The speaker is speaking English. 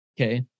Okay